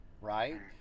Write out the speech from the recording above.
right